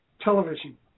television